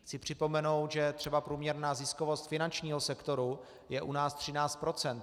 Chci připomenout, že třeba průměrná ziskovost finančního sektoru je u nás 13 %.